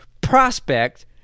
prospect